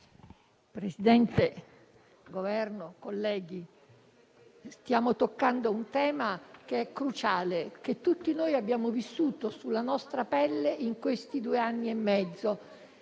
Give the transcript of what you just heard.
del Governo, colleghi, stiamo toccando un tema cruciale, che tutti noi abbiamo vissuto sulla nostra pelle in questi due anni e mezzo,